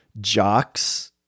jocks